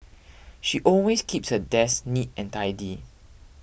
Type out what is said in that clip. she always keeps her desk neat and tidy